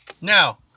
now